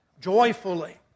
joyfully